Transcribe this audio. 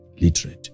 literate